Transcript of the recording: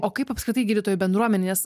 o kaip apskritai gydytojų bendruomenės